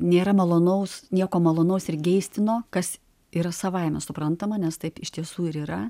nėra malonaus nieko malonaus ir geistino kas yra savaime suprantama nes taip iš tiesų ir yra